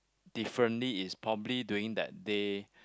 differently is probably during that day